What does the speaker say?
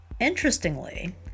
Interestingly